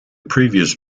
previous